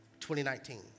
2019